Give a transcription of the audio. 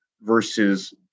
versus